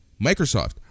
Microsoft